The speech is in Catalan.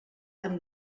amb